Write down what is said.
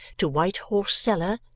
to white horse cellar,